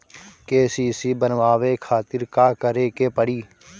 KCC बनवावे खातिर का करे के पड़ी?